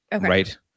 right